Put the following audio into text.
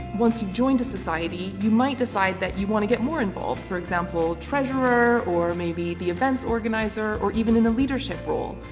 once you've joined a society, you might decide that you want to get more involved, for example as treasurer, or maybe the events organiser, or even in a leadership role.